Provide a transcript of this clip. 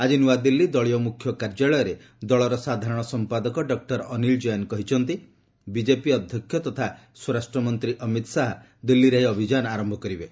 ଆଜି ନ୍ତଆଦିଲ୍ଲୀ ଦଳୀୟ ମୁଖ୍ୟ କାର୍ଯ୍ୟାଳୟରେ ଦଳର ସାଧାରଣ ସମ୍ପାଦକ ଡକ୍ସର ଅନୀଲ ଜେନ କହିଛନ୍ତି ବିଜେପି ଅଧ୍ୟକ୍ଷ ତଥା ସ୍ୱରାଷ୍ଟ୍ର ମନ୍ତ୍ରୀ ଅମିତ ଶାହା ଦିଲ୍ଲୀରେ ଏହି ଅଭିଯାନ ଆରମ୍ଭ କରିବେ